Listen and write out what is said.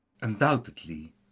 Undoubtedly